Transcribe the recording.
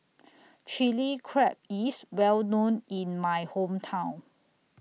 Chili Crab IS Well known in My Hometown